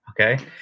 okay